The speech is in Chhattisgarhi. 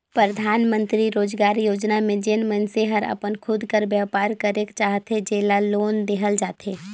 परधानमंतरी रोजगार योजना में जेन मइनसे हर अपन खुद कर बयपार करेक चाहथे जेला लोन देहल जाथे